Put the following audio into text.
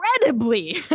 Incredibly